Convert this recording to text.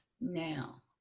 now